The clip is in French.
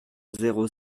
zéro